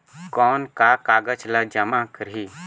कौन का कागज ला जमा करी?